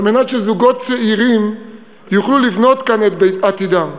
על מנת שזוגות צעירים יוכלו לבנות כאן את עתידם.